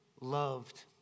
loved